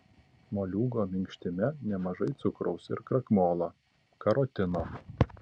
moliūgo minkštime nemažai cukraus ir krakmolo karotino